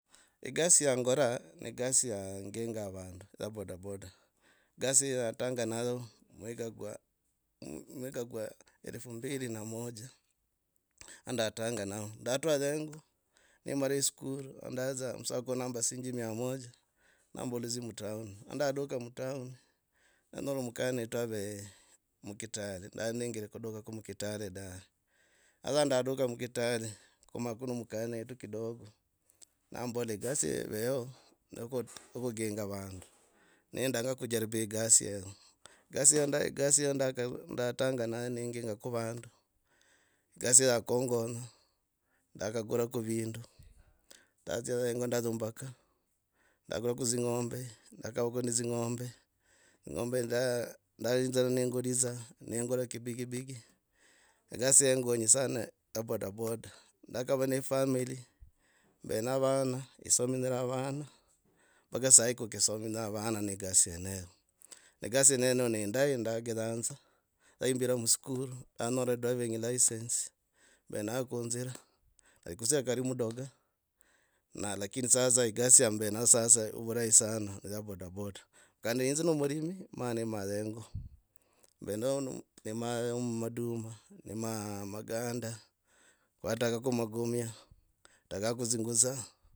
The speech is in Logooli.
gasi yangora ne gasi yanginga vandu ya bodaboda. Gasi hio natanga nayo mwika, mwika kwa elfu mbiri na moja andatanga nayo. Ndatura dzi hengo nemare skulu, ndaza musakuru niyamba dzishingi mia moja nambola nzi mutown. Handaduka mutown nenyora mkanetu ave mukitale ndali nengiri kudukaka mukitale dave. Haza ndaduka mukitale kumako na mkanaetu kidogo nambola gasi hio eveho ya kuginga vandu. Nendanga kujariba gasi heyo. Gasi hio gasi hio ndaga ndota, ndatanga nayo negingaka vandu gasi yakungenya ndakagurage vindu, ndazia hengo ndakumbaka ndaguraga dzing’ombe, ndakavwa ne dzing’ombe. Eng’ombe ndara ndayinzira nengulidza nengula kibigibigi, gasi ingonyi sana ya bodaboda. Ndakava ne family mbe na vana esominyra vana mpaka sahi kukisominya vana ne gasi yeneyo. Gasi yene ndio neindaki nakiyanza. Yaimbira muskuru, nanyora driving license mbe nayo. Kunjira nyera kusira kali mudoga. Na lakini sasa gasi yambe nayo vurahi sana ne gasi ya boda boda kandi nzi nomurimi, maa nimaka hengo. Nima maduma nima maganda ndatakako magomia ndatako dzingutsa.